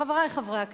חברי חברי הכנסת,